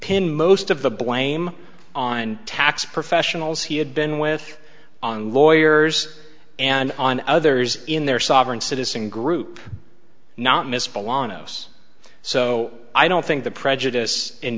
pin most of the blame on tax professionals he had been with on lawyers and on others in their sovereign citizen group not miscible on us so i don't think the prejudice